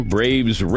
Braves